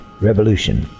revolution